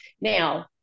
now